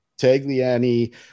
Tagliani